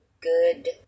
good